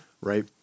Right